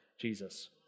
Jesus